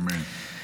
אמן.